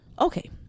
Okay